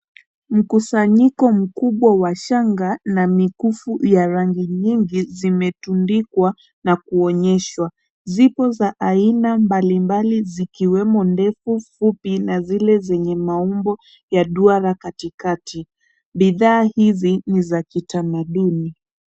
Mkusanyiko mkubwa wa shanga na mikufu ya rangi nyingi zimetundikwa na kuonyeshwa. Zipo za aina mbalimbali, zikiwemo ndefu, fupi na zile zenye maumbo ya duala katikati. Bidhaa hizi ni za kitamaduni.